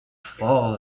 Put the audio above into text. fall